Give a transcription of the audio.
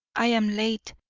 i am late,